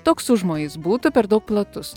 toks užmojis būtų per daug platus